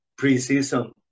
preseason